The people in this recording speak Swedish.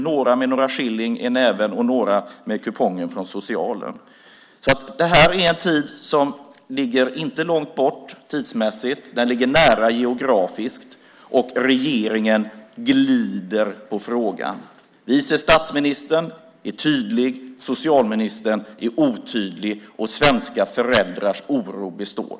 Några med pengar i näven och några med kupongen från socialen. Det här är en sak som inte ligger långt bort tidsmässigt. Den ligger nära geografiskt. Och regeringen glider i frågan. Vice statsministern är tydlig. Socialministern är otydlig, och svenska föräldrars oro består.